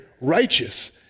righteous